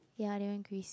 ya they went Greece